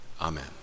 Amen